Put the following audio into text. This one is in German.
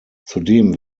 zudem